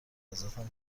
عزتم